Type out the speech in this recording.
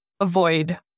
avoid